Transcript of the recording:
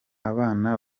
abana